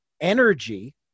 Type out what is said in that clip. energy